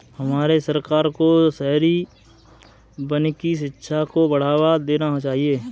हमारे सरकार को शहरी वानिकी शिक्षा को बढ़ावा देना चाहिए